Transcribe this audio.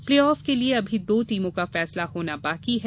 playoff के लिए अभी दो टीमों का फैसला होना अभी बाकी है